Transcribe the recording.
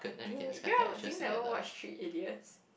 um d~ do you ever do you never watch three idiots